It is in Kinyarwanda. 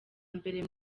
mbere